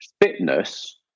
fitness